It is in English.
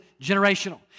generational